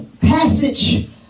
passage